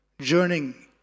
journeying